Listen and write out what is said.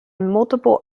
multiple